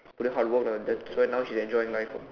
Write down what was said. put in hard work lah that's why now she's enjoying life [what]